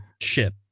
ship